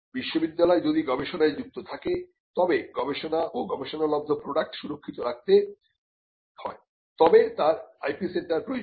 বিশ্ববিদ্যালয় যদি গবেষণায় যুক্ত থাকে তবে গবেষণা ও গবেষণালব্ধ প্রডাক্ট সুরক্ষিত রাখতে হয় তবে তার IP সেন্টার প্রয়োজন